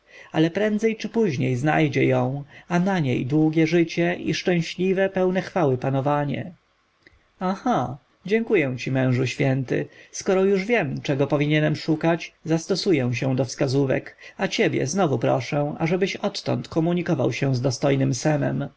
ale prędzej czy później znajdzie ją a na niej długie życie i szczęśliwe pełne chwały panowanie aha dziękuję ci mężu święty skoro już wiem czego powinienem szukać zastosuję się do wskazówek a ciebie znowu proszę abyś odtąd komunikował